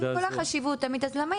עם כל החשיבות, עמית, אז למה היא נסגרה?